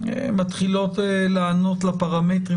מתחילות לענות לפרמטרים,